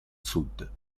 sud